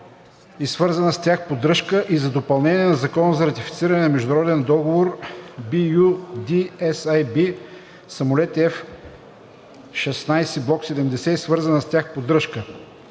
и свързана с тях поддръжка“ и за допълнение на Закона за ратифициране на международен договор (LOA) BU-D-SAB „Самолети F-16 Block 70 и свързана с тях поддръжка“